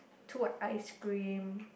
two ice cream